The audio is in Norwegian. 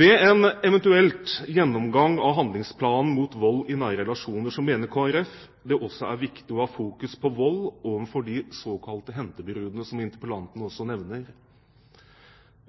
Ved en eventuell gjennomgang av handlingsplanen mot vold i nære relasjoner mener Kristelig Folkeparti det også er viktig å ha fokus på vold mot de såkalte hentebrudene, som interpellanten også nevner.